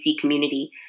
community